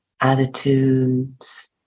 attitudes